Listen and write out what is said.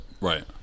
right